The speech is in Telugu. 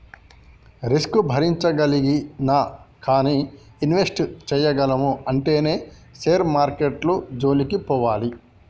రిస్క్ భరించగలిగినా గానీ ఇన్వెస్ట్ చేయగలము అంటేనే షేర్ మార్కెట్టు జోలికి పోవాలి